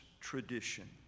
tradition